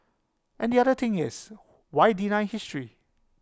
and the other thing is why deny history